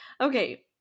Okay